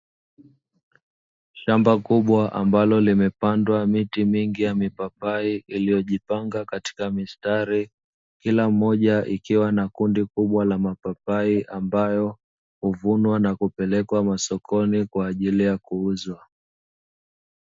Shamba kubwa ambalo limepandwa miti mingi ya mipapai, iliyojipanga katika mistari, kila mmoja ikiwa na kundi kubwa la mapapai, ambayo huvunwa na kupelekwa masokoni kwa ajili ya kuuzwa.